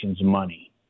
money